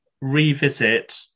revisit